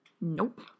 Nope